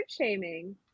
shaming